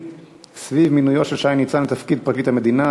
סביב מינויו של שי ניצן לתפקיד פרקליט המדינה,